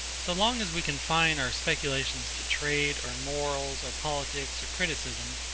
so long as we confine our speculations to trade, or morals, or politics, or criticism,